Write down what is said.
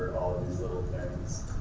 these little diamonds